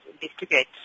investigate